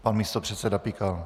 Pan místopředseda Pikal.